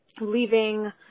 leaving